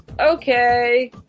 Okay